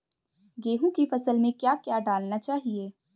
गेहूँ की फसल में क्या क्या डालना चाहिए?